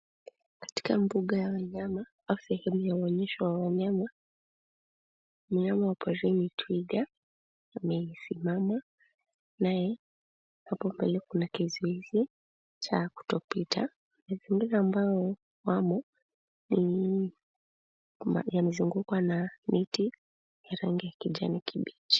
Katika mbuga ya wanyama au sehemu ya maonyesho ya wanyama. Mnyama wa porini twiga amesimama, naye, hapo mbele kuna kizuizi cha kutopita. Mazingira ambao wamo ni kwamba yamezungukwa na miti ya rangi ya kijani kibichi.